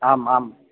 आम् आम्